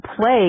play